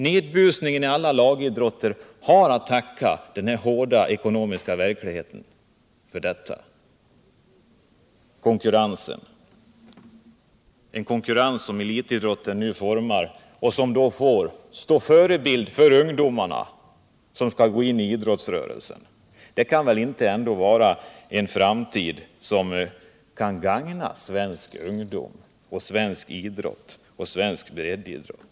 Nedbusningen i samband med alla lagidrotter har sin grund i denna hårda ekonomiska verklighet och den konkurrens som förekommer där. Konkurrensen skapar sedan förebilder för de ungdomar som skall gå in i idrottsrörelsen. Sådana förhållanden kan inte gagna vare sig svensk ungdom, svensk elitidrott eller svensk breddidrott.